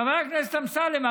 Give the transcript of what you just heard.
חבר הכנסת אמסלם,